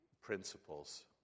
principles